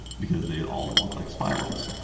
because they all look like spirals